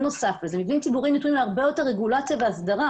בנוסף מבנים ציבוריים נתונים להרבה יותר רגולציה והסדרה.